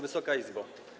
Wysoka Izbo!